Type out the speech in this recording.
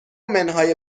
منهای